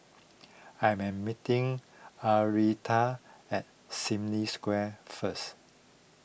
I am meeting Arletta at Sim Lim Square first